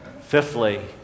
Fifthly